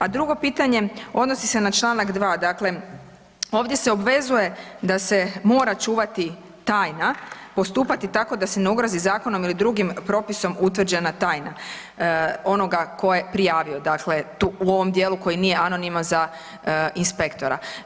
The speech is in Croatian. A drugo pitanje, odnosi se na članak 2. Dakle, ovdje se obvezuje da se mora čuvati tajna, postupati tako da se ne ugrozi zakonom ili drugim propisom utvrđena tajna onoga tko je prijavio, dakle u ovom dijelu koji nije anoniman za inspektora.